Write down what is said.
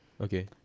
Okay